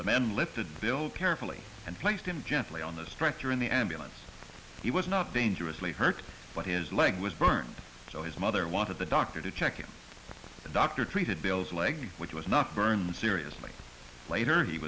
the man lifted bill carefully and placed him gently on the stretcher in the ambulance he was not dangerously hurt but is leg was burned so his mother wanted the doctor to check him the doctor treated bill's leg which was not burned seriously later he